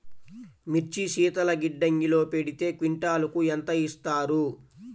మిర్చి శీతల గిడ్డంగిలో పెడితే క్వింటాలుకు ఎంత ఇస్తారు?